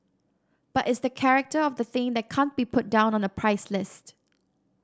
but it's the character of the thing that can't be put down on a price list